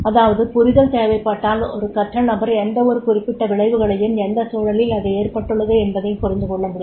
அதாவது புரிதல் தேவைப்பட்டால் ஒரு கற்ற நபர் எந்தவொரு குறிப்பிட்ட விளைவுகளையும் எந்த சூழலில் அது ஏற்பட்டுள்ளது என்பதை புரிந்து கொள்ள முடியும்